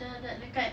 dah nak dekat